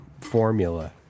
formula